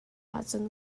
ahcun